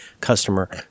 customer